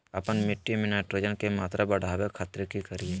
आपन मिट्टी में नाइट्रोजन के मात्रा बढ़ावे खातिर की करिय?